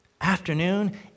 Afternoon